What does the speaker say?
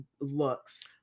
looks